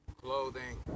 clothing